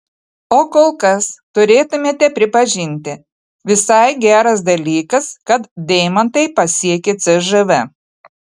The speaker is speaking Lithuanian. o kol kas turėtumėte pripažinti visai geras dalykas kad deimantai pasiekė cžv